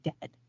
dead